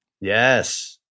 Yes